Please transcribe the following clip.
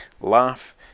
laugh